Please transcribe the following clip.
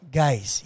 guys